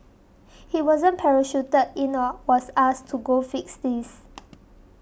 he wasn't parachuted in or was asked to go fix this